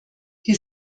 die